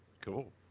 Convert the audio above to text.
Cool